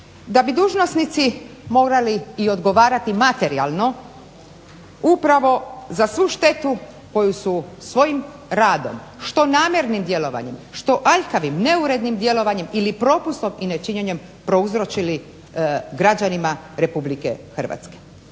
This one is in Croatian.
DA bi dužnosnici morali odgovarati materijalno upravo za svu štetu koju su svojim radom što namjernim djelovanjem, što neurednim djelovanjem ili propustom i nečinjenjem prouzročili građanima Republike Hrvatske,